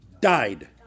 died